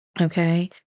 Okay